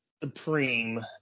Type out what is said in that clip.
Supreme